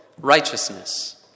righteousness